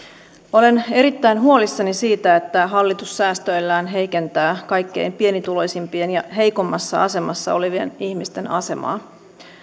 olen erittäin huolissani siitä että hallitus säästöillään heikentää kaikkein pienituloisimpien ja heikoimmassa asemassa olevien ihmisten asemaa